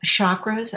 chakras